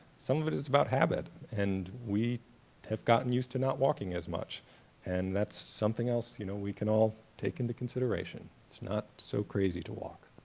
some of it is about habit and we have gotten used to not walking as much and that's something else you know we can all take into consideration, it's not so crazy to walk.